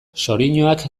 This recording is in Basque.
xoriñoak